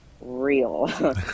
real